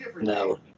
No